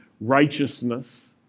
righteousness